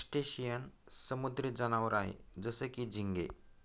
crustacean समुद्री जनावर आहे जसं की, झिंगे